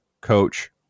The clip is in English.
coach